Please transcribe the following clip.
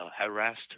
harassed